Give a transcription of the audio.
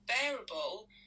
bearable